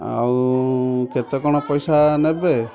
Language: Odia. ଆଉ କେତେ କ'ଣ ପଇସା ନେବେ